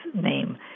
name